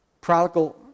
Prodigal